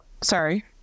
Sorry